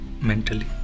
mentally